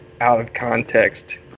out-of-context